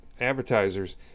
advertisers